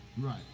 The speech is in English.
Right